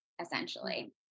essentially